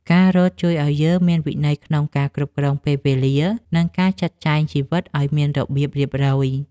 ការរត់ជួយឱ្យយើងមានវិន័យក្នុងការគ្រប់គ្រងពេលវេលា និងការចាត់ចែងជីវិតឱ្យមានរបៀបរៀបរយ។